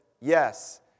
yes